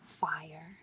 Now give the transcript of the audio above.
fire